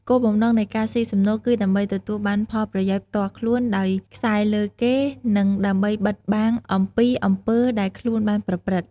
គោលបំណងនៃការស៊ីសំណូក គឺដើម្បីទទួលបានផលប្រយោជន៍ផ្ទាល់ខ្លួន ដោយខ្សែលើគេ និងដើម្បីបិតបាំងអំពីអំពើដែលខ្លួនបានប្រព្រឹត្តិ។